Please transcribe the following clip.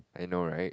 I know right